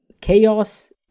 chaos